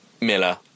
Miller